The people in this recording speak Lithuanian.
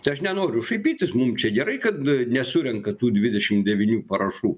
tai aš nenoriu šaipytis mum čia gerai kad nesurenka tų dvidešim devynių parašų